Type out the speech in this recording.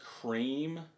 cream